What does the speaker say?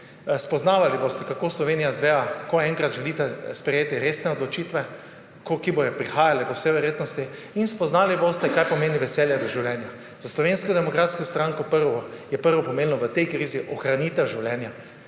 Spoznavali boste, kako Slovenija zgleda, ko enkrat želite sprejeti resne odločitve, ki bodo prihajale po vsej verjetnosti, in spoznali boste, kaj pomeni veselje do življenje. Za Slovensko demokratsko stranko je bila v tej krizi najpomembnejša